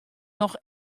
noch